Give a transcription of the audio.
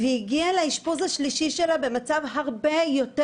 היא הגיעה לאשפוז השלישי שלה במצב הרבה יותר